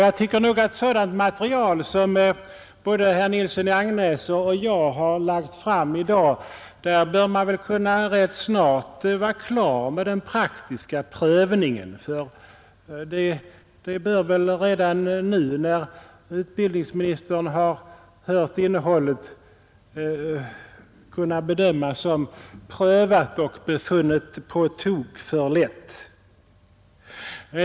Jag tycker nog att beträffande sådant material som både herr Nilsson i Agnäs och jag har lagt fram bör man rätt snart vara klar med den praktiska prövningen. Det bör väl redan nu, när utbildningsministern har hört innehållet, kunna bedömas som prövat och befunnet på tok för lätt.